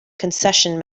concession